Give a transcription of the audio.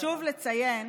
חשוב לציין